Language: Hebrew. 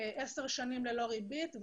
עשר שנים ללא ריבית,